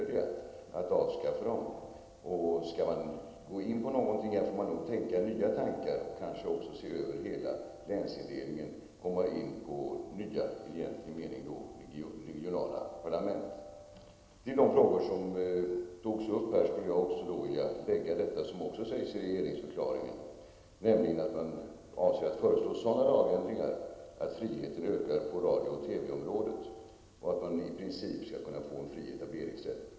Om man skall göra någonting på detta område får man nog tänka nya tankar, och kanske också se över hela länsindelningen och komma in på nya, regionala parlament. Till de frågor som har tagits upp här skulle jag också vilja lägga denna, som nämns i regeringsförklaringen, nämligen att man avser att föreslå sådana lagändringar att friheten ökar på radio och TV-området och att det i princip skall bli fri etableringsrätt.